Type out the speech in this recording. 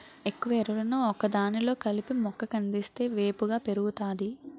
ఎక్కువ ఎరువులను ఒకదానిలో కలిపి మొక్క కందిస్తే వేపుగా పెరుగుతాది